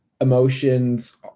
Emotions